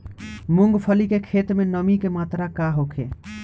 मूँगफली के खेत में नमी के मात्रा का होखे?